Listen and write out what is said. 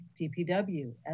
DPW